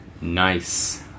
Nice